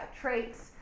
traits